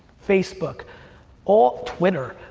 facebook or twitter.